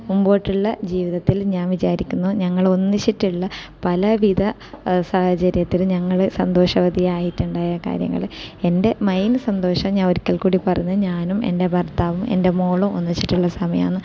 മുമ്പോട്ടുള്ള ജീവിതത്തിലും ഞാൻ വിചാരിക്കുന്നു ഞങ്ങൾ ഒന്നിച്ചിട്ടുള്ള പലവിധ സാഹചര്യത്തിലും ഞങ്ങൾ സന്തോഷവതി ആയിട്ടുണ്ടായ കാര്യങ്ങൾ എൻ്റെ മെയിൻ സന്തോഷം ഞാൻ ഒരിക്കൽക്കൂടി പറയുന്നു ഞാനും എൻ്റെ ഭർത്താവും എൻ്റെ മോളും ഒന്നിച്ചിട്ടുള്ള സമയമാണ്